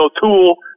tool